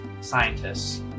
scientists